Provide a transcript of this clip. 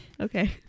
okay